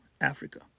Africa